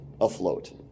afloat